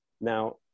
now